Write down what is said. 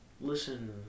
listen